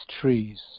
trees